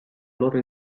loro